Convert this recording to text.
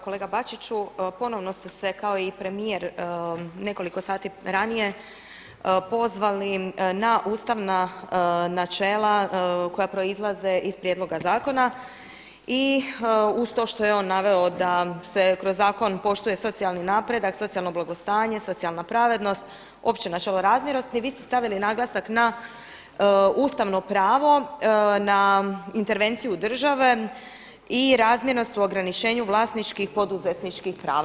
Kolega Bačiću, ponovno ste se kao i premijer nekoliko sati ranije pozvali na ustavna načela koja proizlaze iz prijedloga zakona i uz to što je on naveo da se kroz zakon poštuje socijalni napredak, socijalno blagostanje, socijalna pravednost, opće načelo razmjernosti vi ste stavili naglasak na ustavno pravo, na intervenciju države i razmjernost u ograničenju vlasničkih poduzetničkih prava.